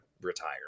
retire